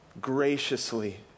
graciously